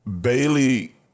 Bailey